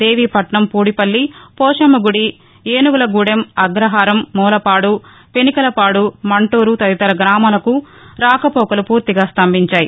దేవీపట్నం పూడిపల్లి పోశమ్మగండి అగ్రహారం మూలపాడు పెనికలపాడు మంటూరు తదితర గ్రామాలకు రాకపోకలు పూర్తిగా స్టంభించాయి